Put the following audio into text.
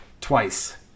twice